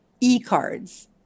E-cards